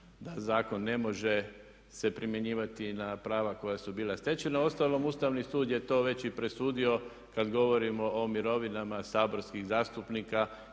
da zakon ne može se primjenjivati na prava koja su bila stečena. Uostalom Ustavni sud je to već i presudio kad govorimo o mirovinama saborskih zastupnika